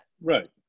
Right